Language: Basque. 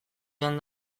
joan